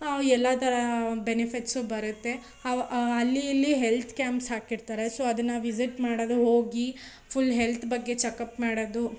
ಎಲ್ಲ ಥರ ಬೆನಿಫಿಟ್ಸು ಬರುತ್ತೆ ಅಲ್ಲಿ ಇಲ್ಲಿ ಹೆಲ್ತ್ ಕ್ಯಾಂಪ್ಸ್ ಹಾಕಿರ್ತಾರೆ ಸೋ ಅದನ್ನು ವಿಸಿಟ್ ಮಾಡೋದು ಹೋಗಿ ಫುಲ್ ಹೆಲ್ತ್ ಬಗ್ಗೆ ಚೆಕಪ್ ಮಾಡೋದು